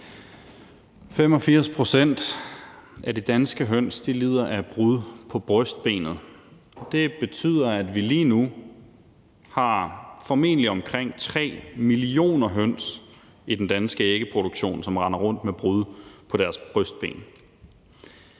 85 pct. af de danske høns lider af brud på brystbenet. Det betyder, at vi lige nu formentlig har omkring 3 millioner høns i den danske ægproduktion, som render rundt med brud på deres brystben.